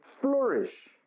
flourish